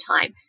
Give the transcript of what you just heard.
time